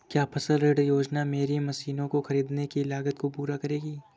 क्या फसल ऋण योजना मेरी मशीनों को ख़रीदने की लागत को पूरा करेगी?